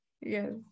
Yes